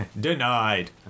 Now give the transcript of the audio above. Denied